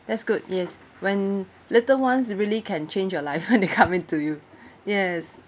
that's good yes when little ones really can change your life when they come into you yes